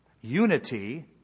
Unity